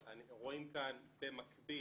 אבל רואים כאן במקביל,